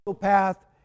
path